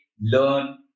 learn